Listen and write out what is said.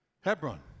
Hebron